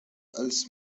als